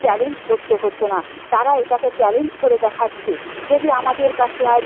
challenge করতে হতো না তারা এটাকে চ্যালেঞ্জ করে দেখাচ্ছে যদি আমাদের কাছে আজ